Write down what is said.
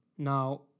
Now